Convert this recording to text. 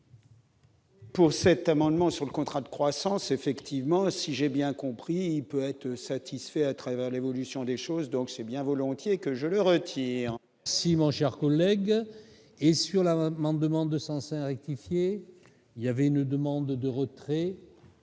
Pour cet amendement sur le contrat de croissance effectivement si j'ai bien compris peut être satisfait à travers l'évolution des choses, donc c'est bien volontiers que je le retire. Si mon cher collègue, et sur la maman demande 105 rectifié, il y avait une demande de retrait.